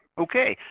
okay,